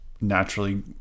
naturally